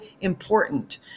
important